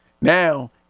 now